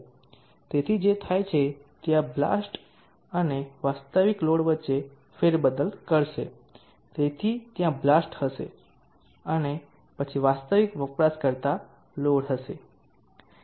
તેથી જે થાય છે તે આ બાલ્સ્ટ અને વાસ્તવિક લોડ વચ્ચે ફેરબદલ કરશે તેથી ત્યાં બાલ્સ્ટ હશે અને પછી વાસ્તવિક વપરાશકર્તા લોડ હશે